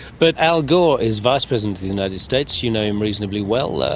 but al gore is vice president of the united states, you know him reasonably well,